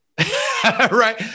right